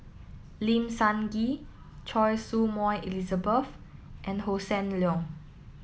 Lim Sun Gee Choy Su Moi Elizabeth and Hossan Leong